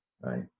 right